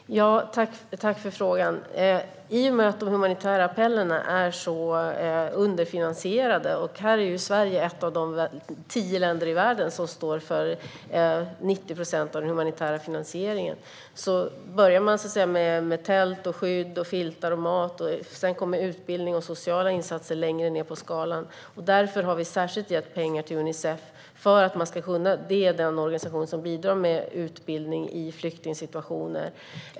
Herr talman! Jag tackar för frågan. I och med att de humanitära appellerna är så underfinansierade - och här är Sverige ett av de tio länder i världen som står för 90 procent av den humanitära finansieringen - börjar man med tält, skydd, filtar och mat. Utbildning och sociala insatser kommer längre ned på listan. Därför har vi särskilt gett pengar till Unicef. Det är den organisation som bidrar med utbildning i flyktingsituationer.